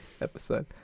episode